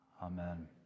Amen